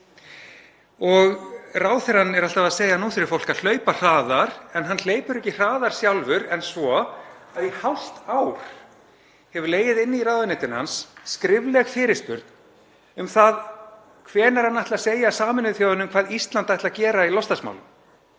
Ráðherrann er alltaf að segja að nú þurfi fólk að hlaupa hraðar en hann hleypur ekki hraðar sjálfur en svo að í hálft ár hefur legið inni í ráðuneyti hans skrifleg fyrirspurn um það hvenær hann ætli að segja Sameinuðu þjóðunum hvað Ísland ætli að gera í loftslagsmálum.